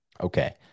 Okay